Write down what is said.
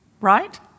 right